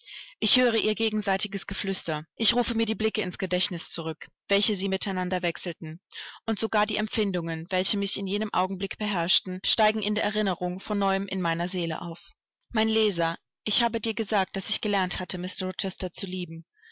ich höre ihr gegenseitiges geflüster ich rufe mir die blicke ins gedächtnis zurück welche sie miteinander wechselten und sogar die empfindungen welche mich in jenem augenblick beherrschten steigen in der erinnerung von neuem in meiner seele auf mein leser ich habe dir gesagt daß ich gelernt hatte mr rochester zu lieben